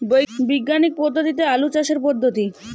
বিজ্ঞানিক পদ্ধতিতে আলু চাষের পদ্ধতি?